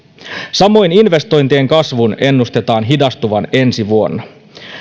samoin investointien kasvun ennustetaan hidastuvan ensi vuonna